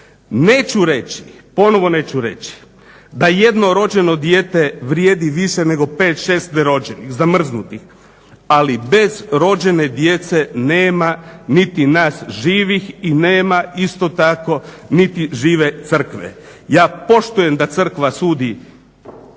Neću reći, ponovo neću reći da jedno rođeno dijete vrijedi više nego 5,6 ne rođenih, zamrznutih, ali bez rođene djece nema niti nas živih i nema isto tako niti žive crkve. Ja poštujem da crkva sudi